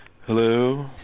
Hello